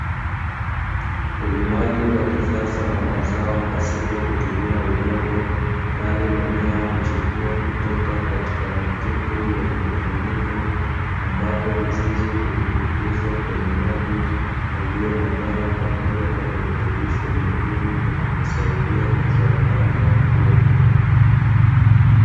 Ulimaji wa kisasa wa mazao pasipo kutumia udongo bali mimea huchipua kutoka katika matundu ya mfuniko ambapo mizizi hudumbukizwa kwenye maji yaliyo na dawa pamoja na virutubisho muhimu vinavyosaidia mimea hayo kukua.